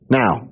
now